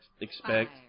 expect